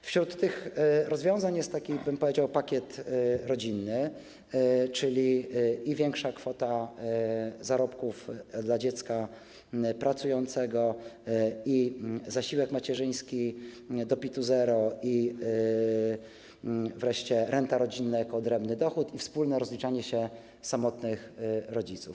Wśród tych rozwiązań jest taki, powiedziałbym, pakiet rodzinny, czyli i większa kwota zarobków dla dziecka pracującego, i zasiłek macierzyński do PIT-0, i wreszcie renta rodzinna jako odrębny dochód, i wspólne rozliczanie się samotnych rodziców.